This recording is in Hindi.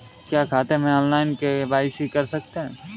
क्या खाते में ऑनलाइन के.वाई.सी कर सकते हैं?